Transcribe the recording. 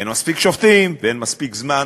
אין מספיק שופטים ואין מספיק זמן.